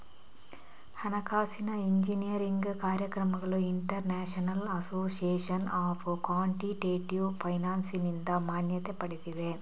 ಹಣಕಾಸಿನ ಎಂಜಿನಿಯರಿಂಗ್ ಕಾರ್ಯಕ್ರಮಗಳು international association of quantitative ಫೈನಾನ್ಸಿನಿಂದ ಮಾನ್ಯತೆ ಪಡೆದಿವೆ